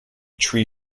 tree